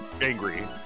angry